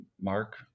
Mark